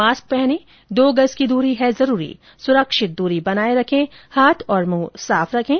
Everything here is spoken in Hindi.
मास्क पहनें दो गज की दूरी है जरूरी सुरक्षित दूरी बनाए रखें हाथ और मुंह साफ रखें